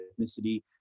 Ethnicity